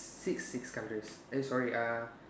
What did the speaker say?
six six countries eh sorry uh